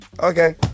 Okay